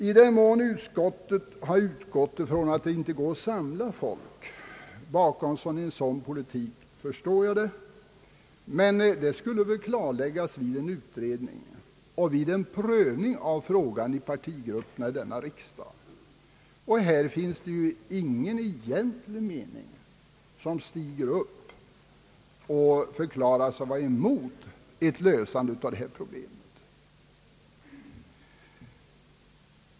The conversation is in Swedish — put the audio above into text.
I den mån utskottet har utgått ifrån att det inte går att samla folk bakom en sådan politik, förstår jag det. Men det skulle väl klarläggas genom en utredning och vid en prövning av frågan i partigrupperna i denna riksdag. Här finns egentligen ingen som stiger upp och förklarar sig vara emot ett lösande av dessa problem.